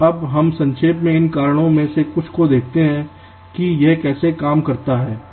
अब हम संक्षेप में इन चरणों में से कुछ को देखते हैं कि यह कैसे काम करता है